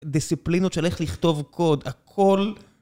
דיסציפלינות של איך לכתוב קוד, הכל...